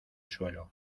suelo